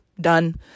done